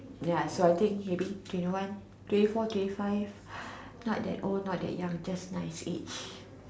ya so I think maybe twenty one twenty four twenty five not that old not that young just nice age